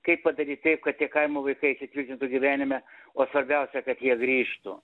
kaip padaryt taip kad tie kaimo vaikai įsitvirtintų gyvenime o svarbiausia kad jie grįžtų